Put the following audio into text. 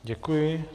Děkuji.